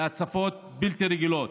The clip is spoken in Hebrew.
להצפות בלתי רגילות.